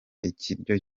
ikirago